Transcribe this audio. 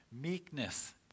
meekness